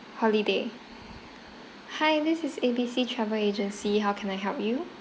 holiday hi this is A B C travel agency how can I help you